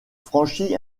franchit